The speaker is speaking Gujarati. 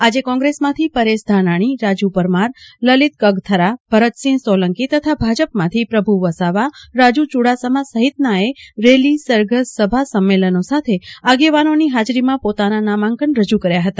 આજે કોંગ્રેસમાંથી પરેશ ધાનાણી રાજુ પરમાર લલિત કગથરા ભરતસિંહ સોલંકી તથા ભાજપમાંથી પ્રભુ વસાવા રાજુ ચુડાસમા સહિતનાઓએ રેલી સરઘસસભા સંમેલનો સાથે આગેવાનોની હાજરીમાં પોતાના નામાંકન રજૂ કર્યા હતા